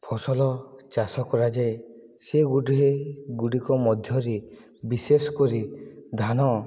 ଫସଲ ଚାଷ କରାଯାଏ ସେ ଗୁଡ଼ିକ ମଧ୍ୟରେ ବିଶେଷ କରି ଧାନ